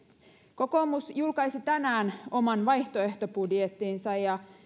kokoomus julkaisi tänään oman vaihtoehtobudjettinsa ja